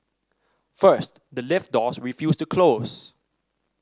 first the lift doors refused to close